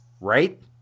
Right